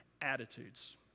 attitudes